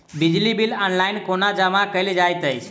बिजली bill online कोना जमा कएल जाइत अछि?